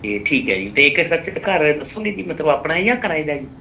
ਅਤੇ ਠੀਕ ਹੈ ਜੀ ਅਤੇ ਇੱਕ ਸਰ ਘਰ ਦੱਸੋਗੇ ਜੀ ਮਤਲਬ ਆਪਣਾ ਜਾਂ ਕਿਰਾਏ ਦਾ ਜੀ